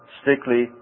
strictly